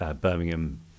Birmingham